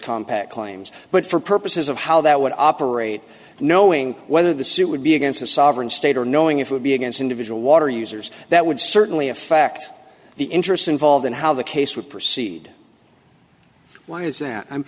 compact claims but for purposes of how that would operate knowing whether the suit would be against a sovereign state or knowing if would be against individual water users that would certainly affect the interests involved in how the case would proceed why is that